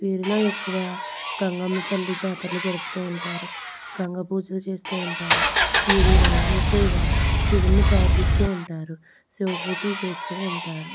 వీరిలో ఎక్కువ గంగమ్మ తల్లి జాతరలు జరుపుతు ఉంటారు గంగపూజ చేస్తు ఉంటారు మీరు ఎక్కువగా శివున్నిప్రార్థిస్తు ఉంటారు శివ పూజలు చేస్తు ఉంటారు